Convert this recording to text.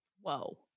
Whoa